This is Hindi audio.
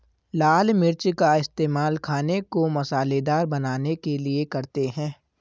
लाल मिर्च का इस्तेमाल खाने को मसालेदार बनाने के लिए करते हैं